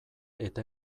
eta